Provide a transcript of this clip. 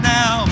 now